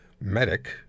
medic